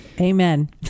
amen